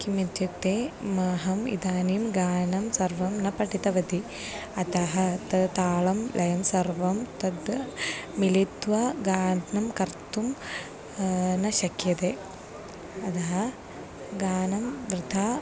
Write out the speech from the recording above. किम् इत्युक्ते मह्यम् इदानीं गानं सर्वं न पठितवती अतः तद् तालः लयः सर्वं तद् मिलित्वा गानं कर्तुं न शक्यते अतः गानं वृथा